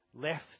left